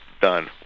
done